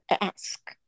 ask